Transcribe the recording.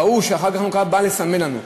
ראו שחג החנוכה בא לסמל לנו,